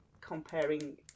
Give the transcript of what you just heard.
comparing